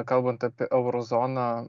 kalbant apie eurozoną